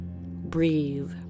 Breathe